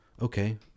Okay